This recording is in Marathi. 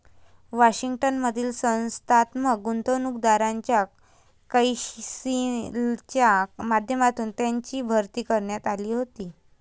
वॉशिंग्टन मधील संस्थात्मक गुंतवणूकदारांच्या कौन्सिलच्या माध्यमातून त्यांची भरती करण्यात आली होती